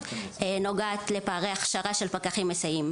נוגעת לפערי הכשרה של פקחים מסייעים.